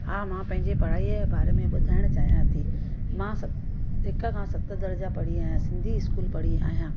हा मां पंहिंजे पढ़ाईअ जे बारे में ॿुधाइणु चाहियां थी मां सत हिकु खां सत दर्जा पढ़ी आहियां सिंधी स्कूल पढ़ी आहियां